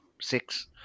six